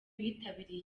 bitabiriye